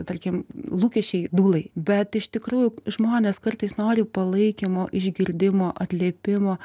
tarkim lūkesčiai dūlai bet iš tikrųjų žmonės kartais nori palaikymo išgirdimo atliepimo